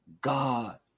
God